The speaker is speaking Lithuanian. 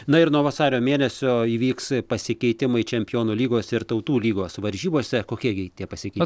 na ir nuo vasario mėnesio įvyks pasikeitimai čempionų lygos ir tautų lygos varžybose kokie gi tie pasiekimai